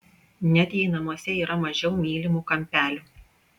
net jei namuose yra mažiau mylimų kampelių